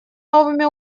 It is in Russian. новыми